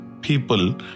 people